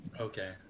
Okay